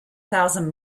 thousand